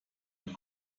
und